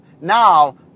Now